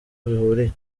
bihuriye